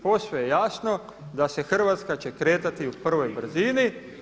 Posve je jasno da će Hrvatska se kretati u prvoj brzini.